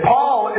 Paul